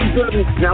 Now